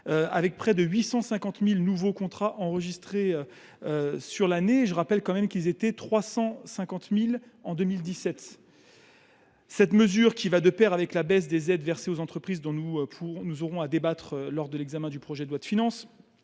avec près de 850 000 nouveaux contrats enregistrés sur l’année. Je rappelle quand même qu’ils étaient 350 000 en 2017. Cet article 7, qui va de pair avec la baisse des aides versées aux entreprises, dont nous aurons à débattre lors de l’examen du projet de loi de finances,